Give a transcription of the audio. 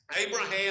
Abraham